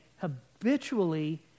habitually